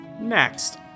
Next